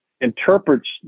interprets